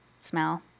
smell